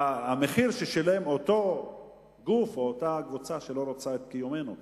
המחיר ששילם אותו גוף או אותה קבוצה שלא רוצה את קיומנו כאן,